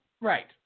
Right